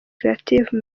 creative